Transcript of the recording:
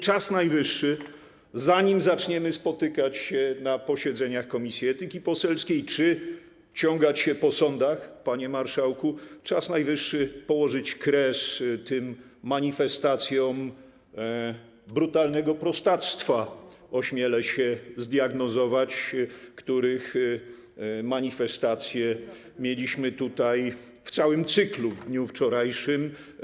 Czas najwyższy, zanim zaczniemy spotykać się na posiedzeniach Komisji Etyki Poselskiej czy ciągać po sądach, panie marszałku, położyć kres tym manifestacjom brutalnego prostactwa, ośmielę się zdiagnozować, które mieliśmy tutaj w całym cyklu w dniu wczorajszym.